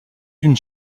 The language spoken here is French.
d’une